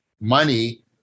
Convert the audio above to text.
money